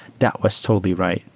that was totally right.